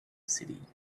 city